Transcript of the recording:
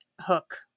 hook